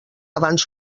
abans